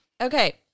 Okay